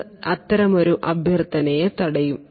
ഇത് അത്തരമൊരു അഭ്യർത്ഥനയെ തടയും